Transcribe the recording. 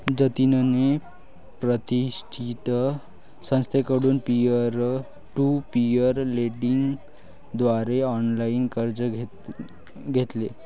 जतिनने प्रतिष्ठित संस्थेकडून पीअर टू पीअर लेंडिंग द्वारे ऑनलाइन कर्ज घेतले